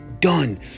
done